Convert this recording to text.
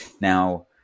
now